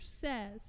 says